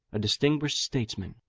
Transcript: a distinguished statesman,